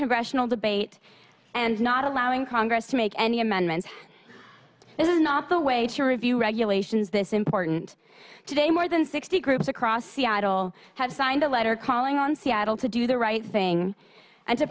congressional debate and not allowing congress to make any amendments this is not the way to review regulations this important today more than sixty groups across seattle have signed a letter calling on seattle to do the right thing and to